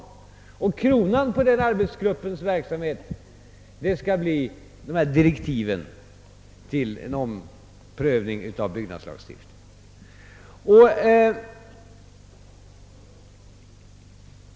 Kronan på denna arbetsgrupps verksamhet skall bli de kommande direktiven till en omprövning av byggnadslagstiftningen.